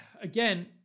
again